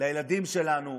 לילדים שלנו.